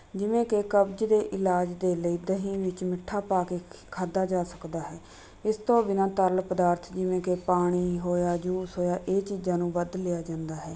ਜਿਵੇਂ ਕਿ ਕਬਜ਼ ਦੇ ਇਲਾਜ ਦੇ ਲਈ ਦਹੀਂ ਵਿੱਚ ਮਿੱਠਾ ਪਾ ਕੇ ਖ ਖਾਧਾ ਜਾ ਸਕਦਾ ਹੈ ਇਸ ਤੋਂ ਬਿਨਾਂ ਤਰਲ ਪਦਾਰਥ ਜਿਵੇਂ ਕਿ ਪਾਣੀ ਹੋਇਆ ਜੂਸ ਹੋਇਆ ਇਹ ਚੀਜ਼ਾਂ ਨੂੰ ਵੱਧ ਲਿਆ ਜਾਂਦਾ ਹੈ